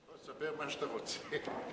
ספר מה שאתה רוצה.